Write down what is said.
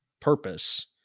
purpose